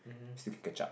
still can catch up